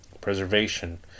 preservation